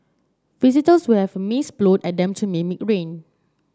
visitors will have mist blown at them to mimic rain